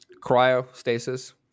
cryostasis